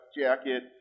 jacket